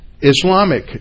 Islamic